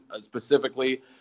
specifically